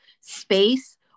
space